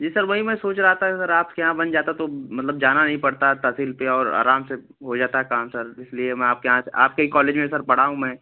जी sir वही मैं सोच रहा था सर आपके यहाँ बन जाता तो मतलब जाना नहीं पड़ता ताकि रुपया और आराम से हो जाता काम सर इसलिए मैं आपके यहाँ आपके ही कॉलेज में सर पढ़ा हूँ मैं